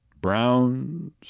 Browns